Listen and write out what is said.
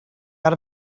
out